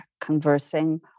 conversing